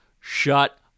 Shut